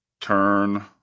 turn